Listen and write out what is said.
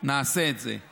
אז נעשה את זה.